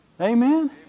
Amen